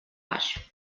baix